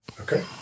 Okay